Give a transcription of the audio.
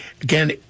again